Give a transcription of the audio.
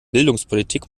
bildungspolitik